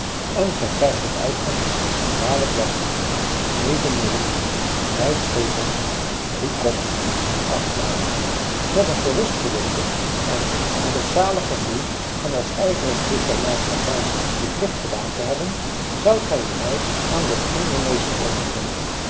en gij krijgt tot uitkomsten vijf schepels drie kop acht mate rog met een gerust geweten en met het zalig gevoel van als ijverig lid der maatschappij uw plicht gedaan te hebben zoudt gij uw lei aan den ondermeester overgeven